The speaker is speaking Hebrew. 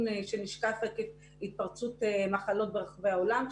שנשקף עקב התפרצות מחלות ברחבי העולם,